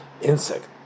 insect